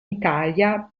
italia